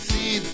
See